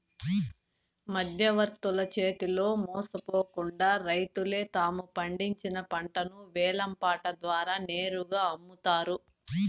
మధ్యవర్తుల చేతిలో మోసపోకుండా రైతులే తాము పండించిన పంటను వేలం పాట ద్వారా నేరుగా అమ్ముతారు